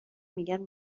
میگن